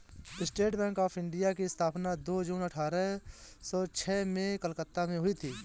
state bank of India की स्थापना दो जून अठारह सो छह में कलकत्ता में हुई